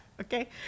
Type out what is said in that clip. okay